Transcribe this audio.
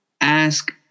ask